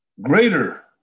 greater